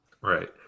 Right